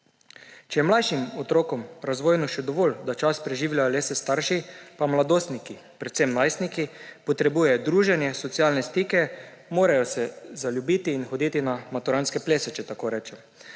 Če je mlajšim otrokom razvojno še dovolj, da čas preživljajo le s starši, pa mladostniki, predvsem najstniki, potrebujejo druženje, socialne stike, morajo se zaljubiti in oditi na maturantske plese, če tako rečem.